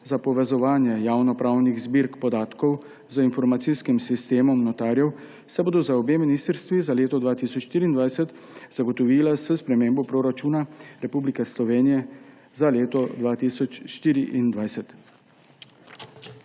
za povezovanje javnopravnih zbirk podatkov z informacijskim sistemom notarjev se bodo za obe ministrstvi za leto 2024 zagotovila s spremembo proračuna Republike Slovenije za leto 2024.